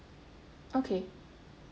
okay